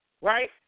right